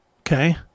okay